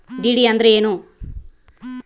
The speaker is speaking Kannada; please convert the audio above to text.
ಡಿ.ಡಿ ಅಂದ್ರೇನು?